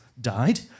Died